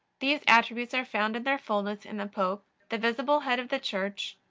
these attributes are found in their fullness in the pope, the visible head of the church,